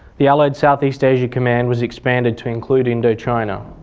the allied south east asia command was expanded to include indochina.